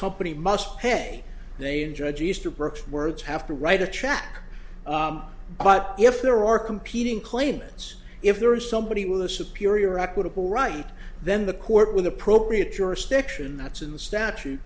company must pay they in judge easterbrook words have to write a check but if there are competing claimants if there is somebody with a superior equitable right then the court with appropriate jurisdiction that's in the statu